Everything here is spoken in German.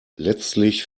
letztlich